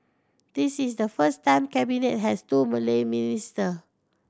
this is the first time Cabinet has two Malay minister